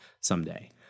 someday